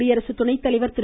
குடியரசுத் துணை தலைவர் திரு